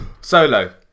Solo